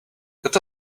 got